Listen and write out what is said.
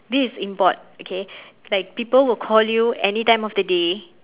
this is import okay like people will call you any time of the day